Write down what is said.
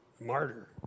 martyr